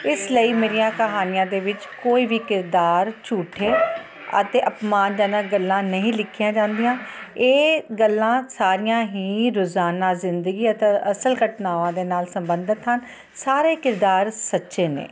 ਇਸ ਲਈ ਮੇਰੀਆਂ ਕਹਾਣੀਆਂ ਦੇ ਵਿੱਚ ਕੋਈ ਵੀ ਕਿਰਦਾਰ ਝੂਠੇ ਅਤੇ ਅਪਮਾਨਜਨਕ ਗੱਲਾਂ ਨਹੀਂ ਲਿਖੀਆਂ ਜਾਂਦੀਆਂ ਇਹ ਗੱਲਾਂ ਸਾਰੀਆਂ ਹੀ ਰੋਜ਼ਾਨਾ ਜਿੰਦਗੀ ਅਤੇ ਅਸਲ ਘਟਨਾਵਾਂ ਦੇ ਨਾਲ ਸੰਬੰਧਿਤ ਹਨ ਸਾਰੇ ਕਿਰਦਾਰ ਸੱਚੇ ਨੇ